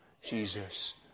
Jesus